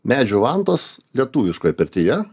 medžių vantos lietuviškoj pirtyje